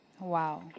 Wow